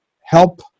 help